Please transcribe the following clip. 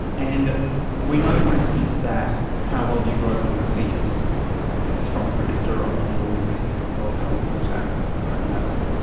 and we know, for instance, that how well you grow when you're a fetus is a strong predictor of your risk of having a heart attack as an adult,